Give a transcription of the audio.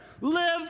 live